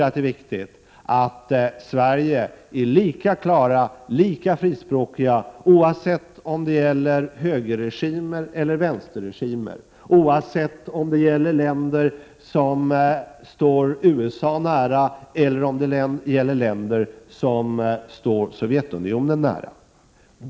Det är viktigt att Sverige är lika klart och tydligt och lika frispråkigt oavsett om det gäller högerregimer eller vänsterregimer, oavsett om det gäller länder som står USA nära eller som står Sovjetunionen nära.